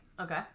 Okay